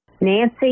Nancy